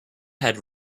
had